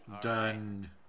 Done